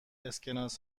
اسکناس